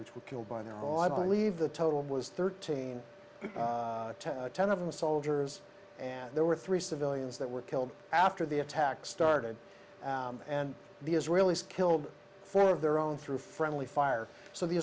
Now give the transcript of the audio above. which were killed by their own i believe the total was thirteen ten ten of them soldiers and there were three civilians that were killed after the attack started and the israelis killed four of their own through friendly fire so the